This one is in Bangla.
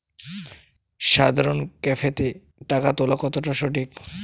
সাধারণ ক্যাফেতে টাকা তুলা কতটা সঠিক?